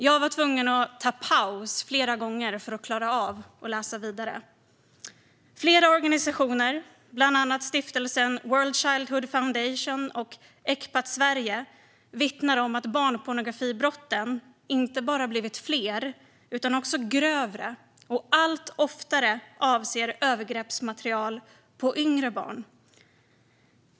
Jag var tvungen att ta en paus flera gånger för att klara av att läsa vidare. Flera organisationer, bland andra stiftelsen World Childhood Foundation och Ecpat Sverige, vittnar om att barnpornografibrotten inte bara blivit fler utan också grövre och allt oftare avser övergreppsmaterial med yngre barn.